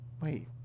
Wait